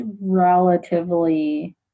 relatively